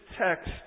text